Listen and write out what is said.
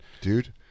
dude